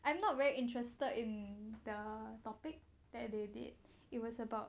I am not very interested in the topic that they did it was about